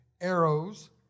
arrows